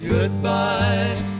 Goodbye